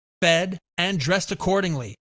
fed, and dressed accordingly.